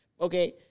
Okay